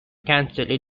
cancelled